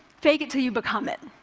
fake it till you become it.